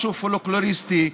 משהו פולקלוריסטי,